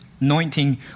anointing